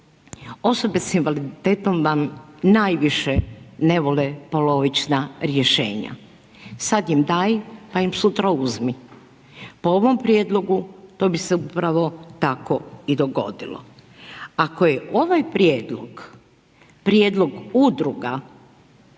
osobe sa invaliditetom vam najviše ne vole polovična rješenja, sad im daj, pa im sutra uzmi. Po ovom prijedlogu to bi se upravo tako i dogodilo. Ako je ovaj prijedlog udruga,